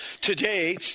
today